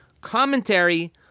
commentary